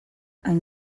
hain